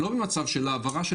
לא במצב של העברה,